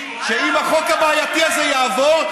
שאם החוק הבעייתי הזה יעבור,